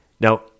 Now